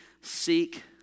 seek